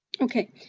Okay